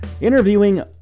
Interviewing